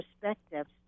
perspectives